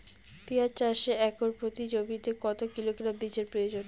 পেঁয়াজ চাষে একর প্রতি জমিতে কত কিলোগ্রাম বীজের প্রয়োজন?